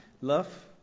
love